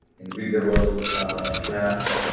invisible snaps.